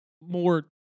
more –